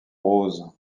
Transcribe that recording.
rose